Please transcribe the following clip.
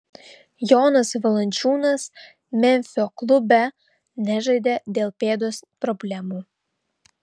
jonas valančiūnas memfio klube nežaidė dėl pėdos problemų